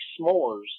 s'mores